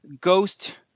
ghost